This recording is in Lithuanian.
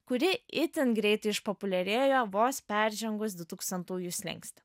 kuri itin greitai išpopuliarėjo vos peržengus du tūkstantųjų slenkstį